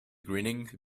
grinning